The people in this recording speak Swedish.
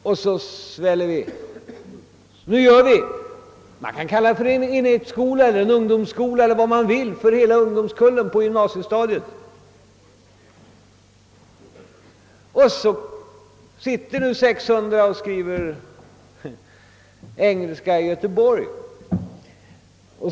Nu skapar vi vad man kan kalla en enhetsskola eller en ungdomsskola för hela ungdomskullen på gymnasiestadiet — och 600 sitter och skriver engelska i Göteborg.